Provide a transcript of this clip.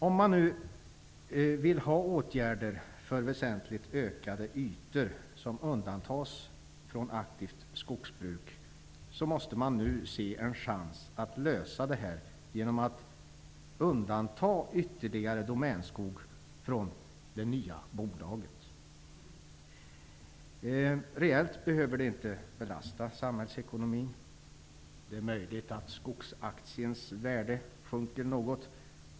Om man vill ha åtgärder för väsentligt ökade ytor som undantas från aktivt skogsbruk, måste man nu se en chans att lösa detta genom att undanta ytterligare Domänskog från det nya bolaget. Reellt behöver det inte belasta samhällsekonomin. Det är möjligt att skogsaktiens värde sjunker något.